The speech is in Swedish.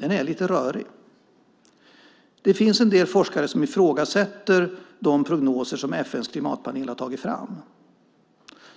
är lite rörig. Det finns en del forskare som ifrågasätter de prognoser som FN:s klimatpanel har tagit fram.